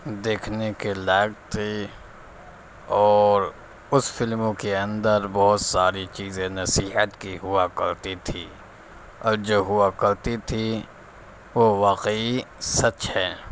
دیکھنے کے لائق تھی اور اس فلموں کے اندر بہت ساری چیزیں نصیحت کی ہوا کرتی تھی اور جو ہوا کرتی تھیں وہ واقعی سچ ہیں